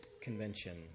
convention